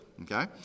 Okay